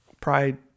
pride